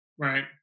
Right